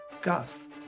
guff